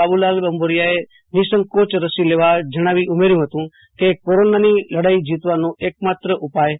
બાબુલાલ બંબોરિયાએ નિસંકોચ રસી લેવા જણાવી ઉમેર્યું કે કોરોનાની લડાઇ જીતવાનો એકમાત્ર ઉપાય રસી છે